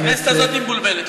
הכנסת הזאת מבולבלת.